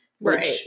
Right